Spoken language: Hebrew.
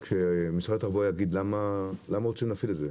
שמשרד התחבורה יגיד למה רוצים להפעיל את זה.